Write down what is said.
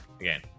again